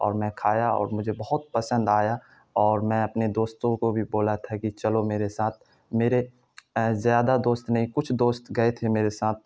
اور میں کھایا اور مجھے بہت پسند آیا اور میں اپنے دوستوں کو بھی بولا تھا کہ چلو میرے ساتھ میرے زیادہ دوست نہیں کچھ دوست گئے تھے میرے ساتھ